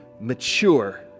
mature